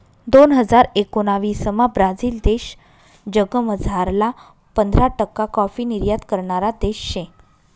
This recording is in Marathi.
दोन हजार एकोणाविसमा ब्राझील देश जगमझारला पंधरा टक्का काॅफी निर्यात करणारा देश शे